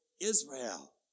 Israel